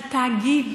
על תאגיד.